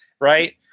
right